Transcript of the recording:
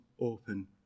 open